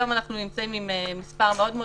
היום אנחנו נמצאים עם מספר מאוד מאוד